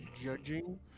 judging